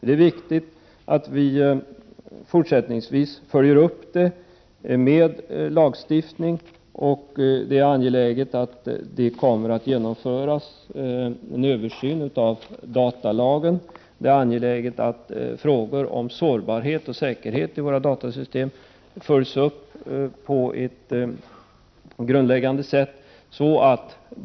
Det är viktigt att vi fortsättningsvis följer upp det med lagstiftning, när så behövs. Likaså är det angeläget att en översyn av datalagen genomförs. Det är också betydelsefullt att frågor om sårbarhet och säkerhet i våra datasystem följs upp på ett grundläggande sätt.